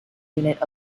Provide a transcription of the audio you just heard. unit